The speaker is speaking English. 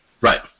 Right